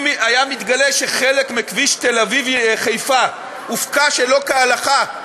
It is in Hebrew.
אם היה מתגלה שחלק מכביש תל-אביב חיפה הופקע שלא כהלכה,